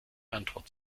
antwort